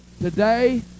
today